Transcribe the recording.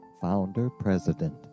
founder-president